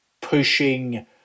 pushing